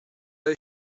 day